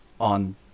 on